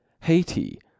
Haiti